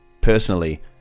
Personally